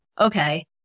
okay